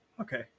Okay